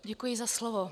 Děkuji za slovo.